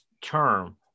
term